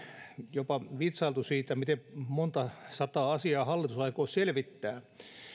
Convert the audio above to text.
jopa vitsailtu siitä miten monta sataa asiaa hallitus aikoo selvittää